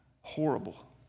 horrible